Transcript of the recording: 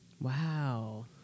Wow